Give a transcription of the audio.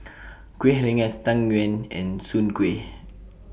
Kuih Rengas Tang Yuen and Soon Kuih